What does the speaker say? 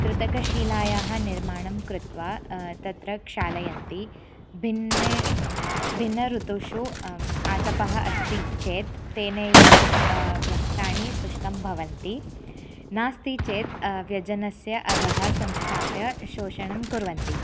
कृतकशीलायाः निर्माणं कृत्वा तत्र क्षालयन्ति भिन्नेषु भिन्नऋतुषु आतपः अस्ति चेत् तेनैव वस्त्राणि शुष्कानि भवन्ति नास्ति चेद् व्यजनस्य अधः संस्थाप्य शोषणं कुर्वन्ति